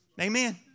Amen